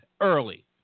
early